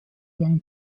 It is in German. waren